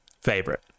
Favorite